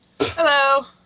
Hello